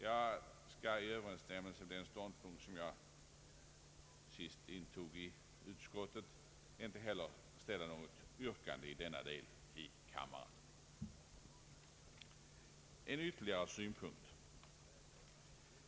Jag skall i överensstämmelse med den ståndpunkt som jag sist intog i utskottet inte heller ställa något yrkande i denna del här i kammaren. Jag vill anföra ytterligare en synpunkt.